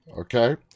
Okay